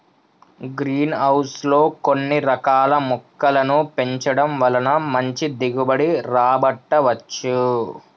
green house లో కొన్ని రకాల మొక్కలను పెంచడం వలన మంచి దిగుబడి రాబట్టవచ్చు